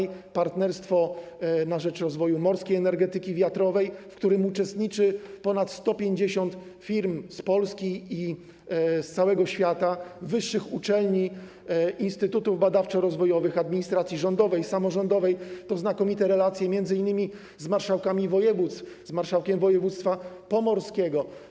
Jeżeli chodzi o partnerstwo na rzecz rozwoju morskiej energetyki wiatrowej, w którym uczestniczy ponad 150 firm z Polski i z całego świata, wyższych uczelni, instytutów badawczo-rozwojowych, administracji rządowej, samorządowej, to istotne są tu znakomite relacje m.in. z marszałkami województw, z marszałkiem województwa pomorskiego.